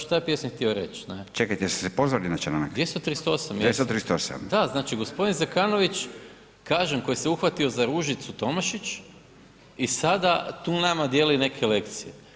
Što je pjesnik htio reći? [[Upadica: Čekajte, jeste se pozvali na članak.]] 238. da, znači g. Zekanović, kažem koji se uhvatio za Ružicu Tomašić i sada tu nama dijeli neke lekcije.